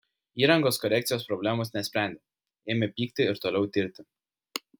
įrangos korekcijos problemos nesprendė ėmė pykti ir toliau tirti